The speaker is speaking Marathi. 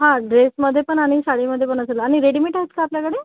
हां ड्रेसमध्ये पण आणि साडीमध्ये पण असेल आणि रेडिमेट आहेत का आपल्याकडे